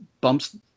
bumps